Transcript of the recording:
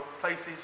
places